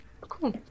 Cool